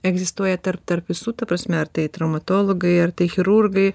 egzistuoja tarp tarp visų ta prasme ar tai traumatologai ar tai chirurgai